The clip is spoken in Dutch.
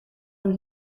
hun